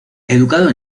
educado